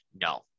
No